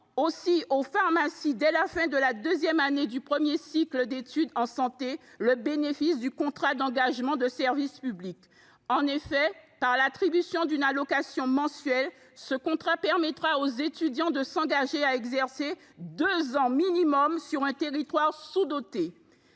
et pharmacie dès la fin de la deuxième année du premier cycle d’études en santé le bénéfice du contrat d’engagement de service public. Par l’attribution d’une allocation mensuelle, ce contrat permet aux étudiants de s’engager à exercer au minimum deux ans sur un territoire sous doté.